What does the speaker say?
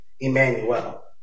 Emmanuel